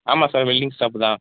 ஆமாம் sir welding shop தான்